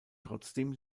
trotzdem